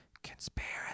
Conspiracy